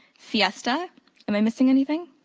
fiesta. am i missing anything?